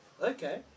Okay